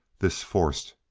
this forced,